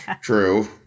True